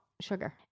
sugar